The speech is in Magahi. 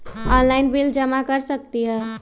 ऑनलाइन बिल जमा कर सकती ह?